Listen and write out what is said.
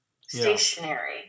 stationary